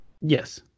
Yes